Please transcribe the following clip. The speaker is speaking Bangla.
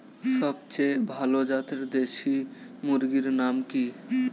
সবচেয়ে ভালো জাতের দেশি মুরগির নাম কি?